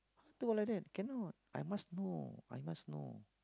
no like that cannot I must know I must know